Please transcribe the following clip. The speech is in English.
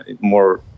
more